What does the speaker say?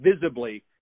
visibly